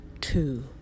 Two